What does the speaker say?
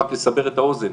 רק לסבר את האוזן,